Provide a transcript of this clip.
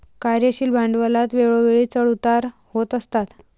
कार्यशील भांडवलात वेळोवेळी चढ उतार होत असतात